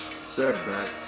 setbacks